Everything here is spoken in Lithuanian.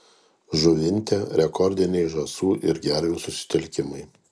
žuvinte rekordiniai žąsų ir gervių susitelkimai